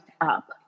up